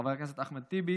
חבר הכנסת אחמד טיבי